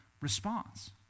response